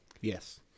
Yes